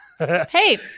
hey